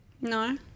No